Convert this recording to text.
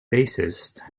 bassist